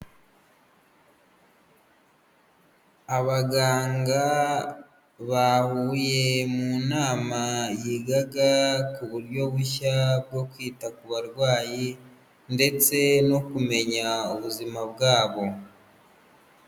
Abaganga bahuye mu nama yigaga ku buryo bushya bwo kwita ku barwayi ndetse no kumenya ubuzima bwabo.